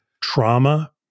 trauma